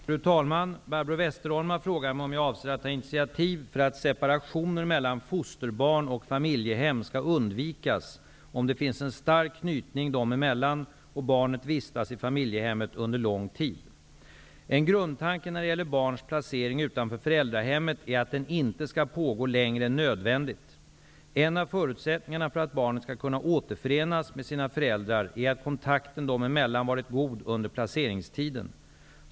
Fru talman! Barbro Westerholm har frågat mig om jag avser att ta initiativ för att separationer mellan fosterbarn och familjehem skall undvikas om det finns en stark knytning dem emellan och barnet vistas i familjehemmet under lång tid. En grundtanke när det gäller barns placering utanför föräldrahemmet är att den inte skall pågå längre än nödvändigt. En av förutsättningarna för att barnet skall kunna återförenas med sina föräldrar är att kontakten dem emellan varit god under placeringstiden.